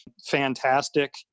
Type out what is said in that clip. fantastic